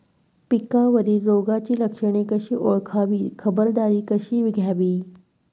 पिकावरील रोगाची लक्षणे कशी ओळखावी, खबरदारी कशी घ्यावी?